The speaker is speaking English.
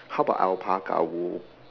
how about our parka wool